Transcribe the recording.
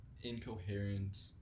incoherent